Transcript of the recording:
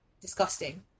Disgusting